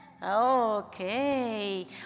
Okay